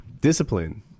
Discipline